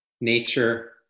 nature